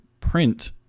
print